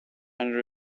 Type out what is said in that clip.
under